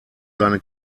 seine